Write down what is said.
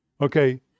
Okay